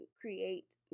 create